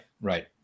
right